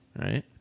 right